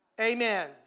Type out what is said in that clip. Amen